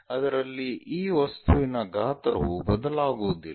ಅದರಲ್ಲಿ ಈ ವಸ್ತುವಿನ ಗಾತ್ರವು ಬದಲಾಗುವುದಿಲ್ಲ